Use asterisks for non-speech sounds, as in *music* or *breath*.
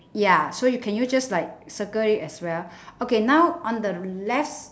ya so you can you just like circle it as well *breath* okay now on the left s~